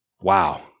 Wow